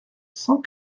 cent